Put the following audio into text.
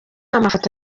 amafoto